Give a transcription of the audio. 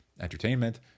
entertainment